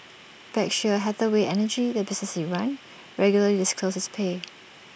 Berkshire Hathaway energy the business he ran regularly disclosed his pay